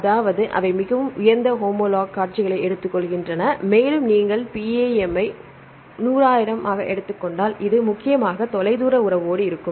அதாவது அவை மிகவும் உயர்ந்த ஹோமோலாக் காட்சிகளை எடுத்துக்கொள்கின்றன மேலும் நீங்கள் PAM ஐ நூறாயிரம் எடுத்துக் கொண்டால் இது முக்கியமாக தொலைதூர உறவோடு இருக்கும்